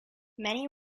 many